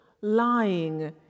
lying